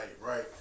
right